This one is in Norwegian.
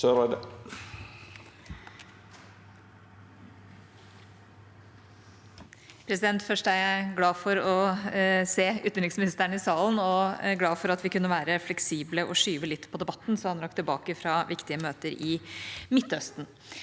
le- der): Først: Jeg er glad for å se utenriksministeren i salen og for at vi kunne være fleksible og skyve litt på debatten, så han rakk tilbake fra viktige møter i Midtøsten.